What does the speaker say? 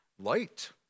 light